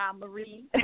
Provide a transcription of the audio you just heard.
Marie